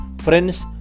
Friends